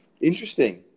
Interesting